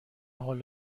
حال